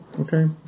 Okay